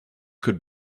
could